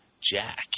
Jack